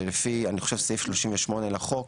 לפי סעיף 38 לחוק,